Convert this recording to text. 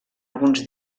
alguns